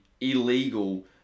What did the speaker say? illegal